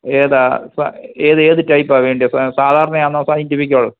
ഏതാ സ ഏത് ഏത് ടൈപ്പാ വേണ്ടിയെ സ സാധാരണയാണോ സൈൻറ്റിഫിക്കോ